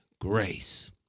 grace